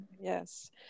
Yes